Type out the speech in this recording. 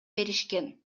беришкен